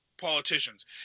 politicians